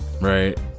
Right